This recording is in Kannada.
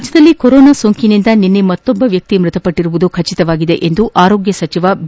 ರಾಜ್ಯದಲ್ಲಿ ಕೊರೋನಾ ಸೋಂಕಿನಿಂದ ನಿನ್ನೆ ಮತ್ತೊಬ್ಬ ವ್ಯಕ್ತಿ ಮೃತಪಟ್ವಿರುವುದು ಖಚಿತವಾಗಿದೆ ಎಂದು ಆರೋಗ್ಯ ಸಚಿವ ಬಿ